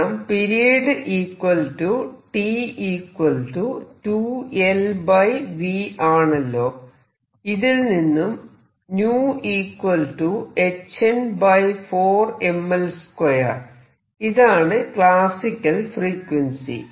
കാരണം period T2Lv ആണല്ലോ ഇതിൽ നിന്നും 𝞶 hn4mL2 ഇതാണ് ക്ലാസിക്കൽ ഫ്രീക്വൻസി